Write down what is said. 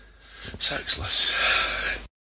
Sexless